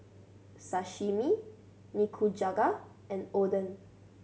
Sashimi Nikujaga and Oden